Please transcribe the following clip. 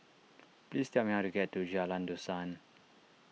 please tell me how to get to Jalan Dusan